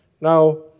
Now